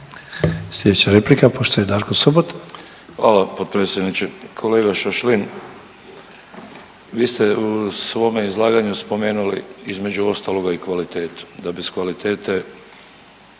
Sljedeća replika, poštovani Darko Sobota.